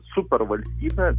super valstybe